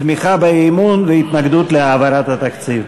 תמיכה באי-אמון והתנגדות להעברת התקציב.